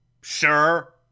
Sure